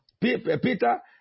Peter